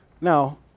Now